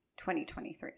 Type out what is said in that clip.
2023